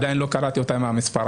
עדיין לא קרעתי אותה עם המספריים,